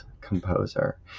composer